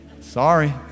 Sorry